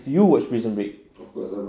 have you watch prison break